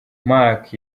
mark